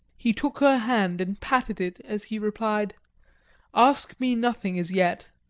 he took her hand and patted it as he replied ask me nothings as yet.